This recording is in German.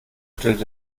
stellte